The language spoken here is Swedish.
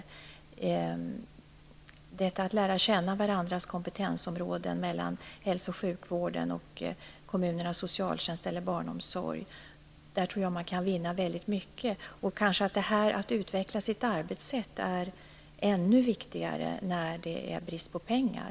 Jag tror att man kan vinna väldigt mycket om man lär känna varandras kompetensområden mellan hälso och sjukvården och kommunernas socialtjänst eller barnomsorg. Att utveckla sitt arbetssätt är kanske ännu viktigare när det är brist på pengar.